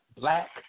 black